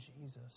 Jesus